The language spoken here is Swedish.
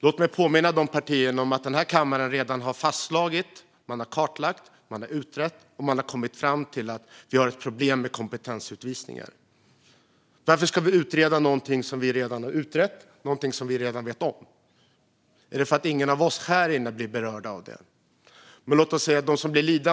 Låt mig då påminna de partierna om att den här kammaren redan har fastslagit, kartlagt, utrett och kommit fram till att vi har ett problem med kompetensutvisningar. Varför ska vi utreda någonting som vi redan har utrett, något som vi redan vet om? Är det för att ingen av oss här inne blir berörd av det?